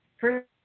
first